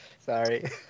Sorry